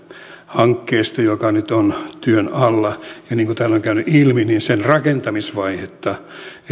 hankkeesta joka nyt on työn alla niin kuin täällä on käynyt ilmi sen rakentamisvaihetta eun